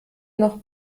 noch